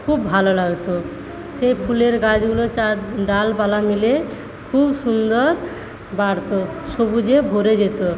খুব ভালো লাগতো সেই ফুলের গাছগুলো ডালপালা মেলে খুব সুন্দর বাড়ত সবুজে ভরে যেত